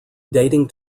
dating